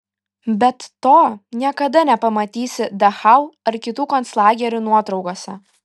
bet to niekada nepamatysi dachau ar kitų konclagerių nuotraukose